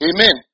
Amen